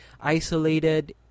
isolated